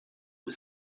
was